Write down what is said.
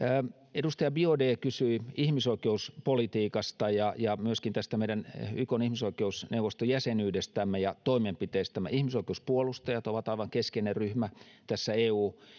edustaja biaudet kysyi ihmisoikeuspolitiikasta ja ja myöskin tästä meidän ykn ihmisoikeusneuvoston jäsenyydestämme ja toimenpiteistämme ihmisoikeuspuolustajat ovat olleet aivan keskeinen ryhmä eu